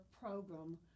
program